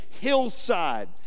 hillside